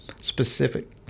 specific